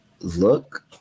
look –